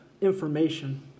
information